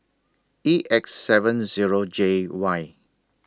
E X seven Zero J Y